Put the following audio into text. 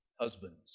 husbands